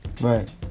Right